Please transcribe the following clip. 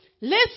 Listen